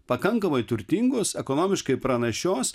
pakankamai turtingos ekonomiškai pranašios